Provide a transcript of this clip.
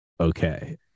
okay